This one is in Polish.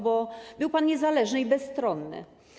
Bo był pan niezależny i bezstronny.